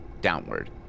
downward